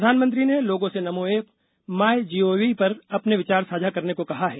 प्रधानमंत्री ने लोगों से नमो ऐप माइ गॉव पर अपने विचार साझा करने को कहा है